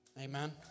Amen